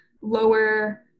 lower